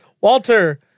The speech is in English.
Walter